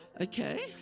Okay